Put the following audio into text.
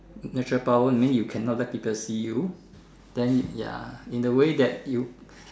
natural power then you cannot let people see you then ya in a way that you